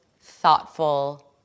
thoughtful